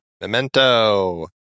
Memento